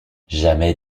jamais